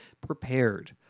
prepared